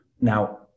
Now